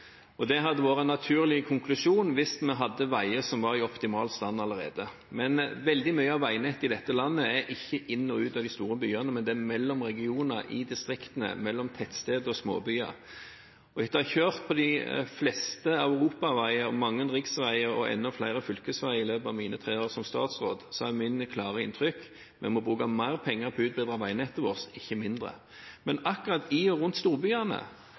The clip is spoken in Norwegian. Det hadde vært en naturlig konklusjon, hvis vi hadde veier som var i optimal stand allerede. Men veldig mye av veinettet i dette landet er ikke inn og ut av de store byene, men mellom regioner i distriktene, mellom tettsteder og småbyer. Etter å ha kjørt på de fleste europaveier, mange riksveier og enda flere fylkesveier i løpet av mine tre år som statsråd, er mine klare inntrykk at vi må bruke mer penger på å utbedre veinettet vårt, ikke mindre. Men akkurat i og rundt storbyene